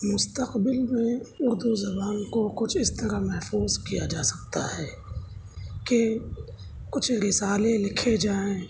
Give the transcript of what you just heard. مستقبل میں اردو زبان کو کچھ اس طرح محفوظ کیا جا سکتا ہے کہ کچھ رسالے لکھے جائیں